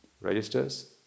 registers